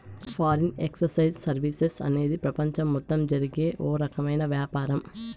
foreign exchange services అనేది ప్రపంచం మొత్తం జరిగే ఓ రకమైన వ్యాపారం